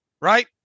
right